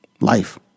life